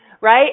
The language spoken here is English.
right